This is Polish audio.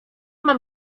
mam